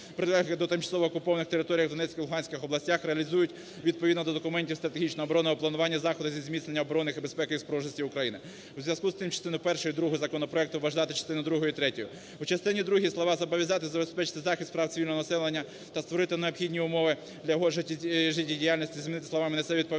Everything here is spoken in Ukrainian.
прилеглих до тимчасово окупованих територій в Донецькій та Луганській областях, реалізують відповідно до документів стратегічного оборонного планування заходи зі зміцнення оборонних і безпекових спроможностей України". У зв'язку з тим частину першу і другу законопроекту вважати частиною другою і третьою. У частині другій слова "зобов'язати забезпечити захист прав цивільного населення та створити необхідні умови для його життєдіяльності" замінити словами "несе відповідальність